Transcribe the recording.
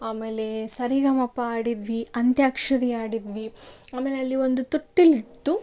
ಆಮೇಲೆ ಸರಿಗಮಪ ಆಡಿದ್ವಿ ಅಂತ್ಯಾಕ್ಷರಿ ಆಡಿದ್ವಿ ಆಮೇಲೆ ಅಲ್ಲಿ ಒಂದು ತೊಟ್ಟಿಲಿತ್ತು